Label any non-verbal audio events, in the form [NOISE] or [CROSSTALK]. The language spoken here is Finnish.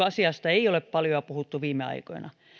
[UNINTELLIGIBLE] asiasta ei ole paljoa puhuttu viime aikoina